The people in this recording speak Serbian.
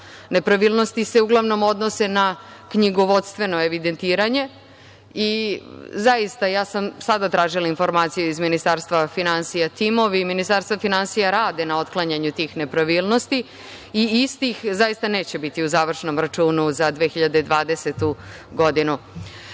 dana. Nepravilnosti se uglavnom odnose na knjigovodstveno evidentiranje i zaista sam sada tražila informacije iz Ministarstva finansija. Timovi Ministarstva finansija rade na otklanjanju tih nepravilnosti i istih zaista neće biti u završnom računu za 2020. godinu. Takođe,